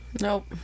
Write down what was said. Nope